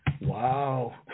Wow